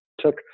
took